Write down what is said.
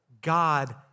God